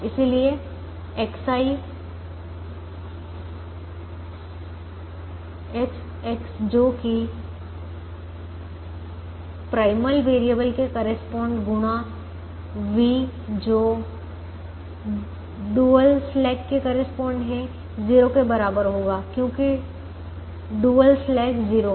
इसलिए xi xx जो कि प्राइमल वैरिएबल के करेस्पॉन्ड गुणा v जो ड्यूल स्लैक के करेस्पॉन्ड है 0 के बराबर होगा क्योंकि ड्यूल स्लैक 0 है